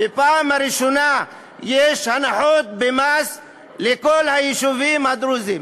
בפעם הראשונה יש הנחות במס לכל היישובים הדרוזיים.